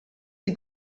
die